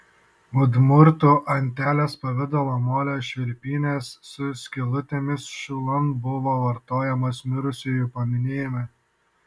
udmurtų antelės pavidalo molio švilpynės su skylutėmis šulan buvo vartojamos mirusiųjų paminėjime